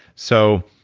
so,